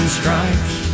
stripes